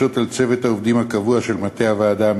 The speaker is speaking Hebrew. מוצע להסדיר את מעמדם של עובדי ועדת הבחירות